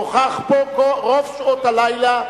נכח פה רוב שעות הלילה,